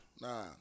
Nah